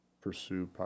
pursue